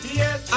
yes